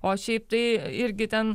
o šiaip tai irgi ten